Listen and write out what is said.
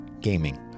Gaming